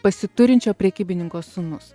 pasiturinčio prekybininko sūnus